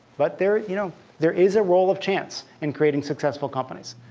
but there you know there is a role of chance in creating successful companies.